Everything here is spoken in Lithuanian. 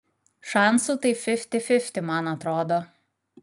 šansų tai fifty fifty man atrodo